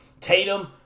Tatum